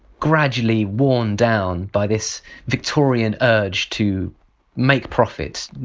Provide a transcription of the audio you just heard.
gradually worn down by this victorian urge to make profit,